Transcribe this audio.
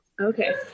Okay